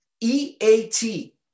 EAT